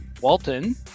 Walton